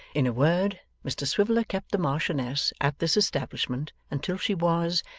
in a word, mr swiveller kept the marchioness at this establishment until she was,